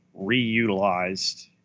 reutilized